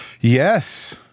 Yes